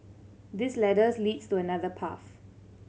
this ladders leads to another path